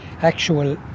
actual